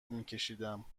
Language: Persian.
میکشیدم